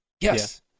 Yes